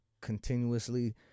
continuously